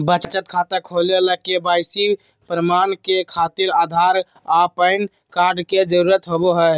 बचत खाता खोले ला के.वाइ.सी प्रमाण के खातिर आधार आ पैन कार्ड के जरुरत होबो हइ